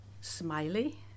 smiley